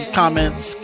comments